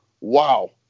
wow